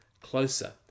closer